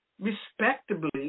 respectably